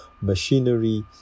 machinery